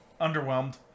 Underwhelmed